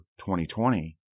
2020